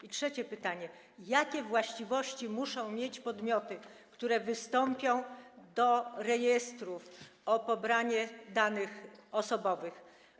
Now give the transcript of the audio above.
I trzecie pytanie: Jakie właściwości muszą mieć podmioty, które wystąpią do rejestrów o pobranie danych osobowych?